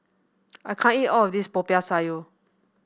I can't eat all of this Popiah Sayur